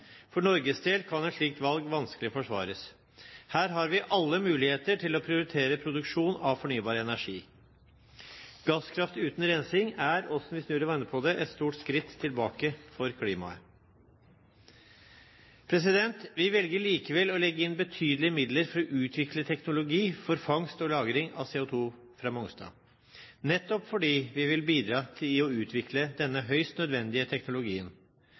For Norges del kan et slikt valg vanskelig forsvares. Her har vi alle muligheter til å prioritere produksjon av fornybar energi. Gasskraft uten rensing er, hvordan man snur og vender på det, et stort skritt tilbake for klimaet. Vi velger likevel å legge inn betydelige midler for å utvikle teknologi for fangst og lagring av CO2 fra Mongstad, nettopp fordi vi vil bidra til å utvikle denne høyst nødvendige teknologien.